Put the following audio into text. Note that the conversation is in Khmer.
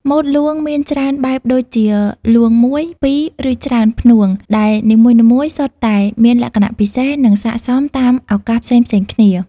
ម៉ូតលួងមានច្រើនបែបដូចជា លួងមួយ ពីរ ឬច្រើនផ្នួង ដែលនីមួយៗសុទ្ធតែមានលក្ខណៈពិសេស និងស័ក្តិសមតាមឱកាសផ្សេងៗគ្នា។